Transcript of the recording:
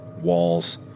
walls